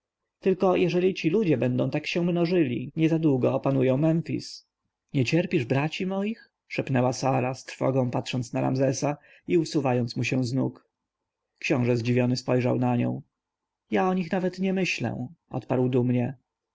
tylko jeżeli ci ludzie będą się tak mnożyli niezadługo opanują memfis niecierpisz braci moich szepnęła sara z trwogą patrząc na ramzesa i osuwając mu się do nóg książę zdziwiony spojrzał na nią ja o nich nawet nie myślę odparł dumnie